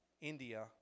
India